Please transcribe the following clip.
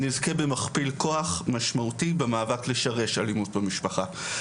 נזכה במכפיל כוח משמעותי במאבק לשרש אלימות במשפחה.